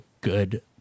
good